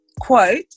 quote